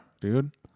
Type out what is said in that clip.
dude